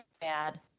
bad